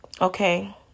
Okay